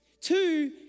Two